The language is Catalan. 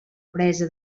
presa